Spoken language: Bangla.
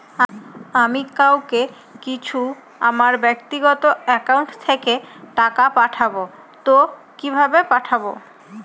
আমি কাউকে কিছু আমার ব্যাক্তিগত একাউন্ট থেকে টাকা পাঠাবো তো কিভাবে পাঠাবো?